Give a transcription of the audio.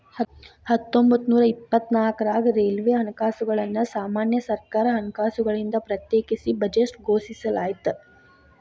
ಹತ್ತೊಂಬತ್ತನೂರ ಇಪ್ಪತ್ನಾಕ್ರಾಗ ರೈಲ್ವೆ ಹಣಕಾಸುಗಳನ್ನ ಸಾಮಾನ್ಯ ಸರ್ಕಾರ ಹಣಕಾಸುಗಳಿಂದ ಪ್ರತ್ಯೇಕಿಸಿ ಬಜೆಟ್ ಘೋಷಿಸಲಾಯ್ತ